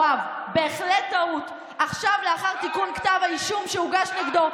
היושבת-ראש יודעת שהזמן נגמר מזמן.